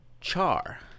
Char